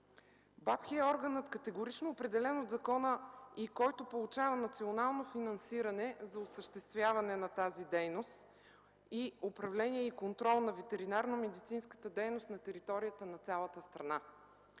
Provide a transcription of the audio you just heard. БАБХ е органът, категорично определен от закона, който получава национално финансиране за осъществяване на тази дейност и управление и контрол на ветеринарномедицинската дейност на територията на цялата страна.